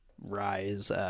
Rise